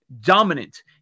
dominant